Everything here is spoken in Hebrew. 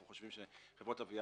אנחנו חושבים שחברות הגבייה